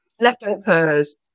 Leftovers